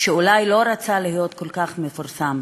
שאולי לא רצה להיות כל כך מפורסם,